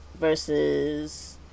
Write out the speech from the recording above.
Versus